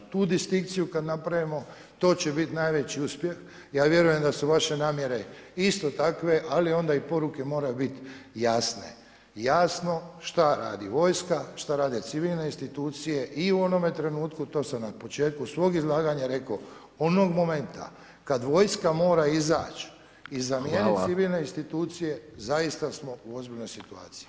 Tu distinkciju kad napravimo, to će biti najveći uspjeh, ja vjerujem da su vaše namjere isto takve ali onda i poruke moraju biti jasne, jasno šta radi vojska, šta rade civilne institucije, i u onome trenutku to sam na početku svog izlaganja rekao, onog momenta kad vojska mora izaći i zamijeniti civilne institucije, zaista smo u ozbiljnoj situaciji.